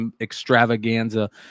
extravaganza